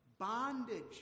bondage